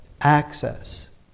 access